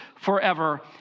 forever